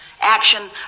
action